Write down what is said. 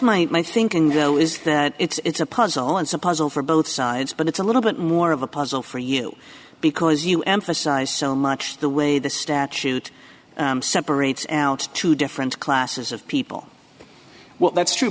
my my thinking though is that it's a puzzle and some puzzles for both sides but it's a little bit more of a puzzle for you because you emphasize so much the way the statute separates out two different classes of people well that's true